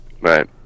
right